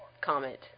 comment